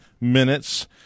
minutes